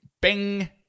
Bing